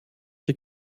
die